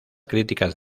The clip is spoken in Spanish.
críticas